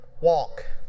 walk